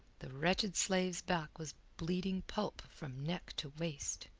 the wretched slave's back was bleeding pulp from neck to waist.